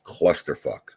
clusterfuck